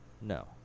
No